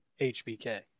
HBK